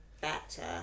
better